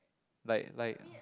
like like